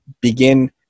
begin